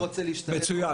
מצוין.